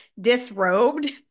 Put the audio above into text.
disrobed